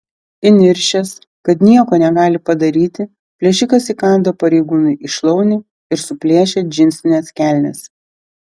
įniršęs kad nieko negali padaryti plėšikas įkando pareigūnui į šlaunį ir suplėšė džinsines kelnes